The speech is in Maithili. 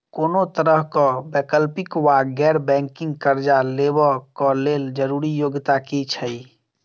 कोनो तरह कऽ वैकल्पिक वा गैर बैंकिंग कर्जा लेबऽ कऽ लेल जरूरी योग्यता की छई?